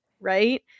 right